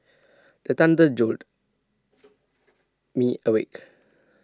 the thunder jolt me awake